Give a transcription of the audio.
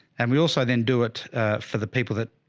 and we also then do it for the people that,